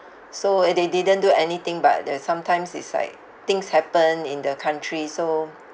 so and they didn't do anything but uh sometimes it's like things happen in the country so